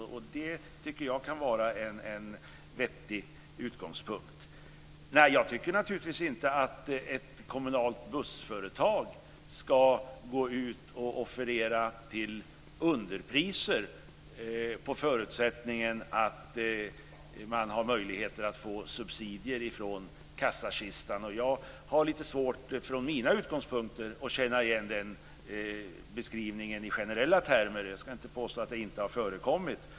Det kan vara en vettig utgångspunkt. Jag tycker naturligtvis inte att ett kommunalt bussföretag ska gå ut och offerera till underpriser under förutsättning att man har möjlighet att få subsidier från kassakistan. Jag har från mina utgångspunkter lite svårt att känna igen den beskrivningen i generella termer. Jag ska inte påstå att det inte har förekommit.